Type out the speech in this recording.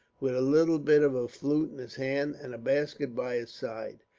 with a little bit of a flute in his hand, and a basket by his side.